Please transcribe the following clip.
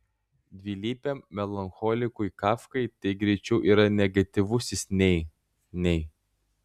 dvilypiam melancholikui kafkai tai greičiau yra negatyvusis nei nei